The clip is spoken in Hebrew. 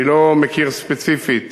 אני לא מכיר ספציפית